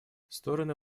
стороны